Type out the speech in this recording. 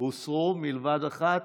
הוסרו לבד מאחת.